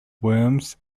worms